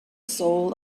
soul